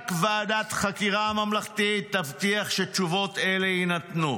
רק ועדת חקירה ממלכתית תבטיח שתשובות אלה יינתנו".